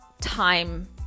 time